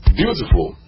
Beautiful